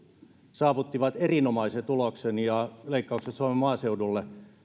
saavutti erinomaisen tuloksen leikkaukset suomen maaseudulle